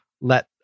let